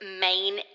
main